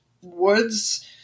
woods